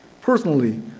Personally